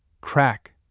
crack